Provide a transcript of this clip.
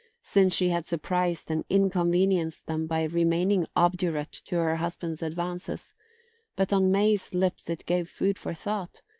since she had surprised and inconvenienced them by remaining obdurate to her husband's advances but on may's lips it gave food for thought,